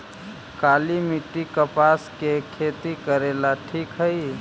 काली मिट्टी, कपास के खेती करेला ठिक हइ?